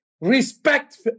respect